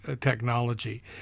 technology